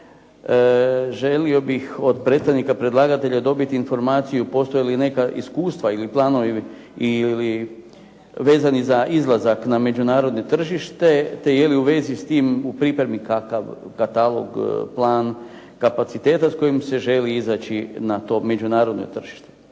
želio bih od predstavnika predlagatelja dobiti informaciju postoje li neka iskustva ili planovi vezani za izlazak na međunarodno tržište, te je li u vezi s tim u pripremi kakav katalog, plan kapaciteta s kojim se želi izaći na to međunarodno tržište.